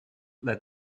lead